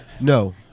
No